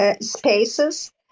spaces